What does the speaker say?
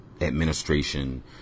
administration